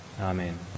Amen